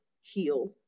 heal